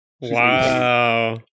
Wow